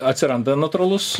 atsiranda natūralus